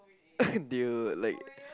dude like